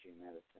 medicine